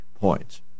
points